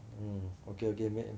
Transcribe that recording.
oh okay okay 不用紧